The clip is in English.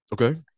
okay